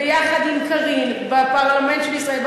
ויחד עם קארין בפרלמנט של ישראל,